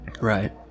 Right